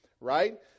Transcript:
right